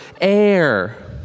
air